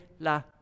la